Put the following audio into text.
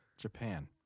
Japan